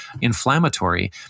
inflammatory